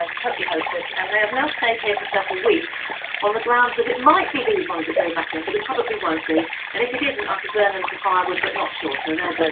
and totally hopeless. and they have now stayed here for several weeks on the grounds that it might be these ones that go back in, but it probably won't be and, if it isn't, i could burn them for firewood but not sure so they're just